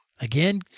Again